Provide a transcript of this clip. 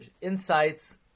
insights